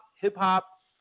hip-hop